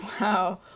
Wow